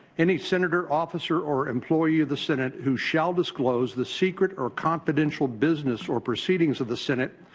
any senator, officer or employee of the senate who shall disclose the secret or confidential business or proceedings of the senate,